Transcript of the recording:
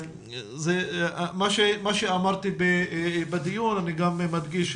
מה שאמרתי בדיון אני גם מדגיש,